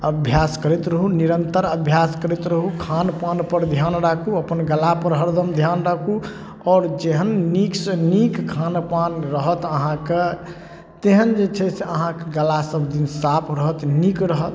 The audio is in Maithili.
अभ्यास करैत रहू निरन्तर अभ्यास करैत रहू खानपानपर धिआन राखू अपन गलापर हरदम धिआन राखू आओर जेहन नीकसँ नीक खानपान रहत अहाँके तेहन जे छै से अहाँके गला सबदिन साफ रहत नीक रहत